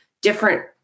different